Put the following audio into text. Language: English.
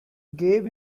gave